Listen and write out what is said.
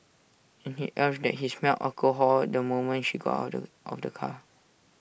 and he alleged that he smelled alcohol the moment she got out of of the car